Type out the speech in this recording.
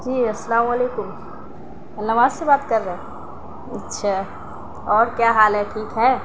جی السّلام علیکم النواز سے بات کر رہے ہیں اچھا اور کیا حال ہے ٹھیک ہے